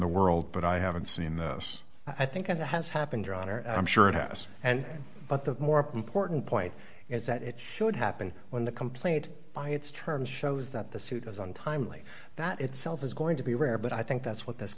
the world but i haven't seen the us i think and that has happened your honor i'm sure it has and but the more important point is that it should happen when the complaint by its terms shows that the suit is untimely that itself is going to be rare but i think that's what this